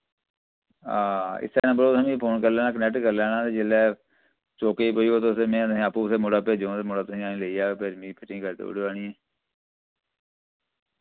हां इस्सै नम्बर पर तुसैं मि फोन कर लैना कनैक्ट कर लैना ते जिल्लै चौके पुजगे तुस ते मैं तुसें आप्पू मुड़ा भेजुंग ते मुड़ा तुसें आह्नियै लेई जाग फिर मि फिटिंग करी देऊड़यो आह्नियै